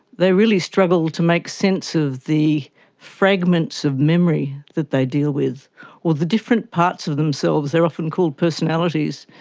they really struggle to make sense of the fragments of memory that they deal with or the different parts of themselves, they are often called personalities.